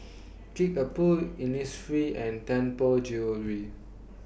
Kickapoo Innisfree and Tianpo Jewellery